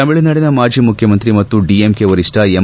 ತಮಿಳುನಾಡಿನ ಮಾಜ ಮುಖ್ಯಮಂತ್ರಿ ಮತ್ತು ಡಿಎಂಕೆ ವರಿಷ್ಠ ಎಂ